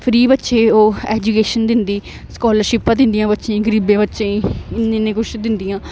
free बच्चे ओह् education दिंदी स्कालरशिपां दिंदियां बच्चें गी गरीबें बच्चें गी इन्ने इन्ने कुछ दिंदियां